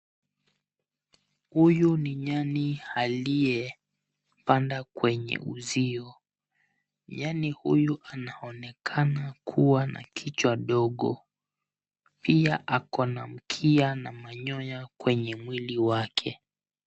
Huyu ni nyani aliyepanda kwenye uzio. Nyani huyu anaonekana kuwa na kichwa ndogo. Pia ako na mkia na manyoya kwenye mwili wake.